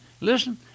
listen